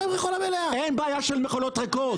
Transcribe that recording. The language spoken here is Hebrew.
אין בעיה של מכולות ריקות.